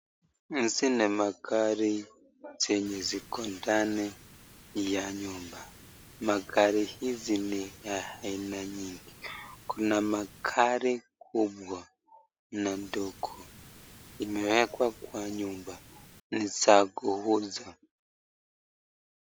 Hizi ni magari zenye ziko ndani ya nyumba . Magari hizi ni ya aina nyingi kuna magari kubwa na madogo imewekwa kwa nyumba ni za kuuza.